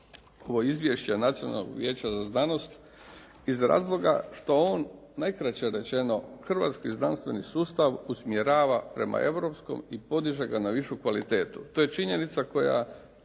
ovo izvješće Nacionalnog vijeća za znanost iz razloga što on najkraće rečeno hrvatski znanstveni sustav usmjerava prema europskom i podiže ga na višu kvalitetu. To je činjenica koja